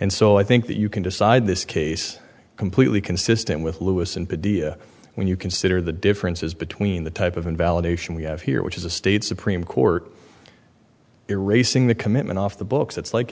and so i think that you can decide this case completely consistent with lewis and the dia when you consider the differences between the type of invalidation we have here which is a state supreme court erasing the commitment off the books it's like